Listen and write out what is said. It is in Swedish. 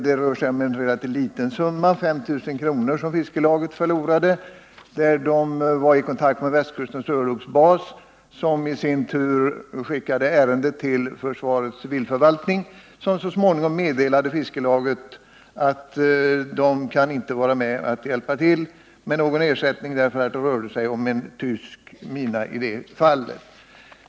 Det rör sig om en relativt liten summa, 5 000 kr., som fiskelaget förlorade. Fiskelaget var i förbindelse med västkustens örlogsbas som i sin tur vidarebefordrade ärendet till försvarets civilförvaltning, som så småningom meddelade fiskelaget att man inte kunde hjälpa till med någon ersättning, eftersom det här var fråga om en tysk mina.